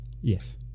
Yes